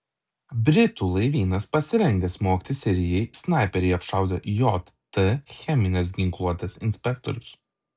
britų laivynas pasirengęs smogti sirijai snaiperiai apšaudė jt cheminės ginkluotės inspektorius